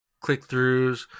click-throughs